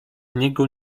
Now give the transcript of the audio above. niego